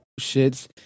shits